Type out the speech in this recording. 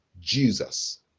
Jesus